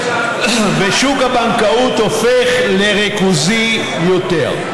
ושוק הבנקאות הופך לריכוזי יותר.